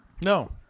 No